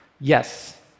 yes